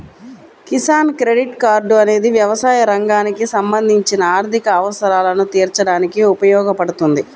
Kisan credit card అనేది వ్యవసాయ రంగానికి సంబంధించిన ఆర్థిక అవసరాలను తీర్చడానికి ఉపయోగపడుతుంది